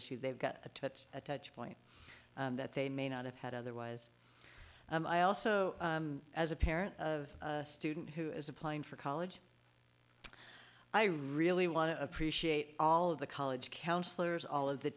issue they've got to put a touch point that they may not have had otherwise i also as a parent of a student who is applying for college i really want to appreciate all of the college counselors all of the